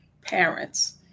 parents